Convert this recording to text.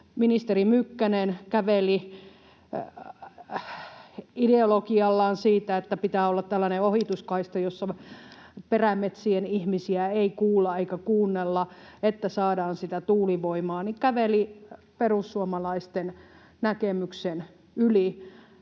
ministeri Mykkänen — ideologiallaan siitä, että pitää olla tällainen ohituskaista, jossa perämetsien ihmisiä ei kuulla eikä kuunnella, että saadaan sitä tuulivoimaa — käveli perussuomalaisten näkemyksen yli,